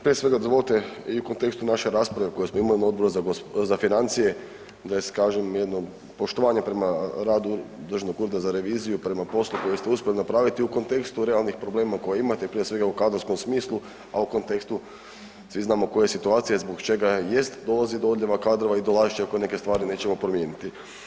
Prije svega dozvolite i u kontekstu naše rasprave koju smo imali na Odboru za financije da iskažem jedno poštovanje prema radu Državnog ureda za reviziju prema poslu koji ste uspjeli napraviti u kontekstu realnih problema koje imate, prije svega u kadrovskom smislu, a u kontekstu, svi znamo koja je situacija i zbog čega jest dolazi do odljeva kadrova i dolazit će ako neke stvari nećemo promijeniti.